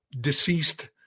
deceased